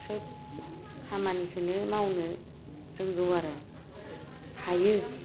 सोब खामानिखौनो मावनो रोंगौ आरो हायो